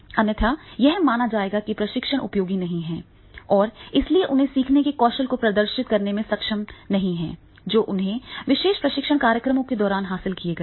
अन्यथा यह माना जाएगा कि प्रशिक्षण उपयोगी नहीं था और इसलिए वह उन सीखने के कौशल को प्रदर्शित करने में सक्षम नहीं है जो उन्होंने विशेष प्रशिक्षण कार्यक्रम के दौरान हासिल किए थे